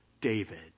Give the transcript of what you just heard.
David